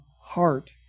heart